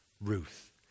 Ruth